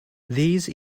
these